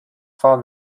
fahren